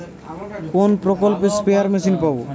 কোন প্রকল্পে spare machine পাব?